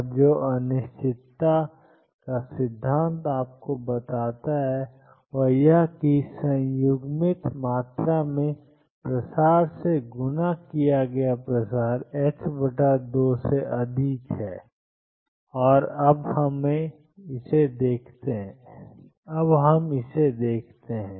और जो अनिश्चितता का सिद्धांत आपको बताता है वह यह है कि संयुग्मित मात्रा में प्रसार से गुणा किया गया प्रसार 2 से अधिक है और अब हम इसे दिखाते हैं